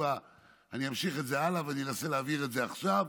אני אמשיך את זה הלאה ואנסה להעביר את זה עכשיו.